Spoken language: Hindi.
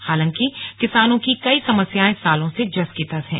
हालांकि किसानों की कई समस्याएं सालों से जस की तस हैं